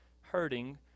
hurting